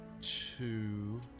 two